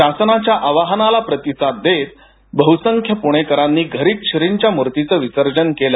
शासनाच्या आवाहनाला प्रतिसाद देत बहूसंख्य प्रणेकरांनी घरीच श्रींच्या मूर्तीचं विसर्जन केलं